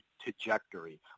trajectory